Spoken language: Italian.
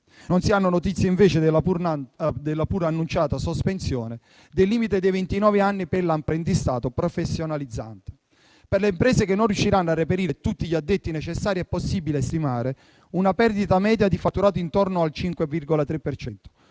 Non si hanno notizie, invece, della pur annunciata sospensione del limite dei ventinove anni per l'apprendistato professionalizzante. Per le imprese che non riusciranno a reperire tutti gli addetti necessari è possibile stimare una perdita media di fatturato intorno al 5,3